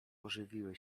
ożywiły